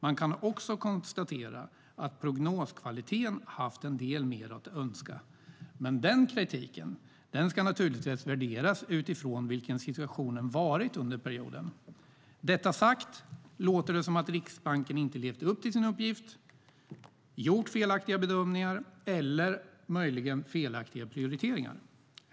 Man kan också konstatera att prognoskvaliteten haft en del mer att önska, men den kritiken ska naturligtvis värderas utifrån hur situationen varit under perioden. Med detta sagt låter det som att Riksbanken inte levt upp till sin uppgift, gjort felaktiga bedömningar eller möjligen felaktiga prioriteringar.